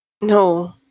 No